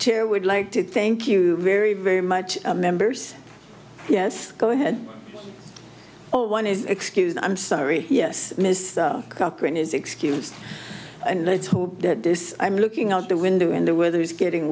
chair would like to thank you very very much a members yes go ahead or one is excused i'm sorry yes miss cochran is excused and let's hope that this i'm looking out the window in the weather is getting